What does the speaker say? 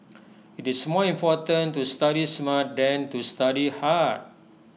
IT is more important to study smart than to study hard